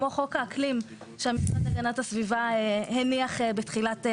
כמו חוק האקלים שהמשרד להגנת הסביבה הניח בתחילת החודש.